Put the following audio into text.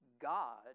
God